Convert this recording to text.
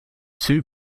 two